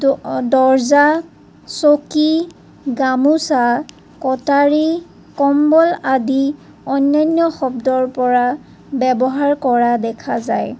দ দৰ্জা চকী গামোচা কটাৰী কম্বল আদি অনান্য শব্দৰ পৰা ব্যৱহাৰ কৰা দেখা যায়